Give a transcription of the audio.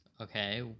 Okay